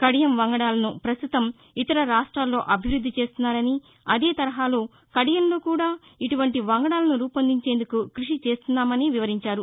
కడియం వంగడాలను ప్రస్తుతం ఇతర రాష్ట్రాల్లో అభివృద్ధి చేస్తున్నారని అదే తరహాలో కడియంలో కూడా ఇటువంటి వంగడాలను రూపొందించేందుకు కృషి చేస్తున్నామని వివరించారు